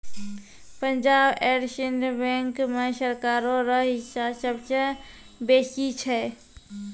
Punjab and Sind Bank मे सरकारो रो हिस्सा सबसे बेसी छै